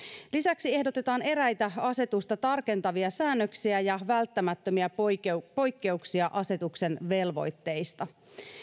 lisäksi ehdotetaan eräitä asetusta tarkentavia säännöksiä ja välttämättömiä poikkeuksia poikkeuksia asetuksen velvoitteista